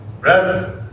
Breath